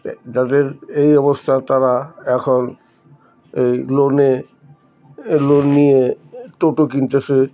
যাদের এই অবস্থায় তারা এখন এই লোনে লোন নিয়ে টোটো কিনছে